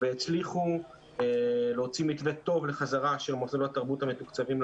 והצליחו להוציא מתווה טוב לחזרה לעבודה של מוסדות התרבות המתוקצבים.